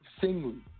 Singly